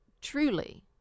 truly